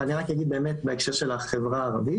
אני רק אגיד בהקשר של החברה הערבית.